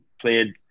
played